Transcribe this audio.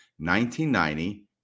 1990